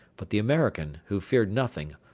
but the american, who feared nothing,